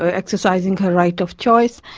ah exercising her right of choice.